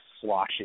sloshy